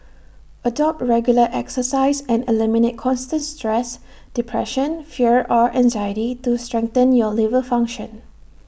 adopt regular exercise and eliminate constant stress depression fear or anxiety to strengthen your liver function